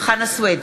חנא סוייד,